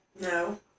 No